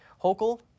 Hochul